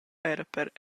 per